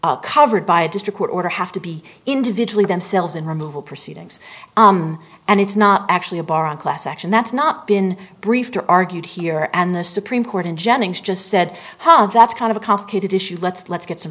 covered by a district court order have to be individually themselves in removal proceedings and it's not actually a bar on class action that's not been briefed or argued here and the supreme court in jennings just said ha that's kind of a complicated issue let's let's get some